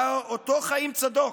אותו חיים צדוק,